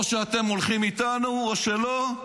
או שאתם הולכים איתנו או שלא,